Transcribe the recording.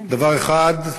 דבר אחד,